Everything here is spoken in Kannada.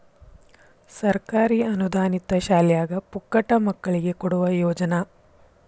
ಸರ್ಕಾರಿ ಅನುದಾನಿತ ಶಾಲ್ಯಾಗ ಪುಕ್ಕಟ ಮಕ್ಕಳಿಗೆ ಕೊಡುವ ಯೋಜನಾ